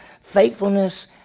faithfulness